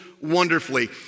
wonderfully